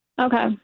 Okay